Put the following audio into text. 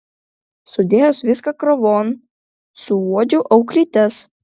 sudėjus viską krūvon suuodžiu auklytes